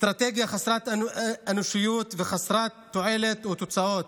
אסטרטגיה חסרת אנושיות וחסרת תועלת או תוצאות